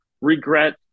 regret